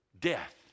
Death